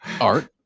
Art